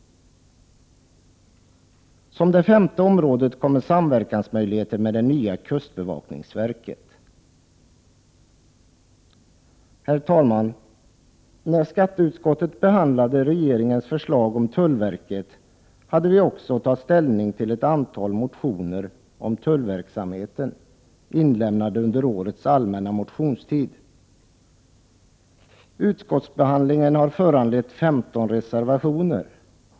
Som det femte området kommer samverkansmöjligheter med det nya kustbevakningsverket. Herr talman! När skatteutskottet behandlade regeringens förslag om tullverket hade vi också att ta ställning till ett antal motioner om tullverksamheten, inlämnade under årets allmänna motionstid. Utskottsbehandlingen har föranlett 15 reservationer.